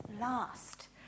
last